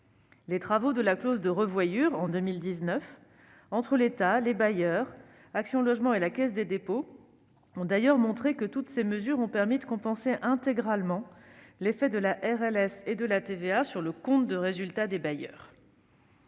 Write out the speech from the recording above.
Les travaux de la clause de revoyure en 2019 entre l'État, les bailleurs, Action Logement et la Caisse des dépôts et consignations ont d'ailleurs montré que toutes ces mesures avaient permis de compenser intégralement l'effet de la RLS et de la TVA sur le compte de résultat des organismes